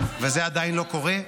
זה עדיין לא קורה.